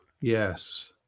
yes